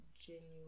genuine